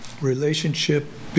relationship